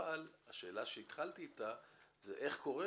אבל השאלה שהתחלתי איתה זה איך קורה